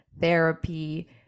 therapy